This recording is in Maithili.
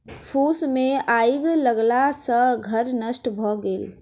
फूस मे आइग लगला सॅ घर नष्ट भ गेल